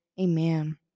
amen